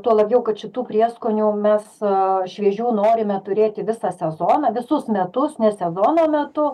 tuo labiau kad šitų prieskonių mes šviežių norime turėti visą sezoną visus metus ne sezono metu